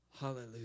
Hallelujah